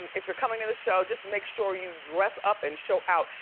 and if you're coming to the show, just make sure you dress up and show out.